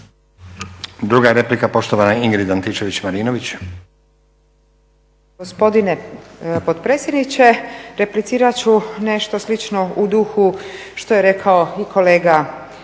Druga replika, poštovana Ingrid Antičević-Marinović.